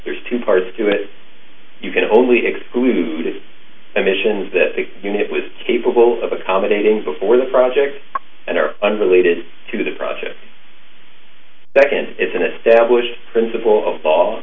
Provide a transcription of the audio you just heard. there's two parts to it you can only excluded emissions that the unit was capable of accommodating before the project and are unrelated to the project second it's an established principle of ball